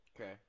Okay